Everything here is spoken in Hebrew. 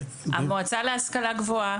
המועצה להשכלה גבוהה,